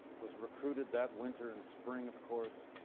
was recruited that winter, and spring, of course,